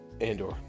Andor